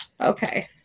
Okay